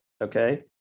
Okay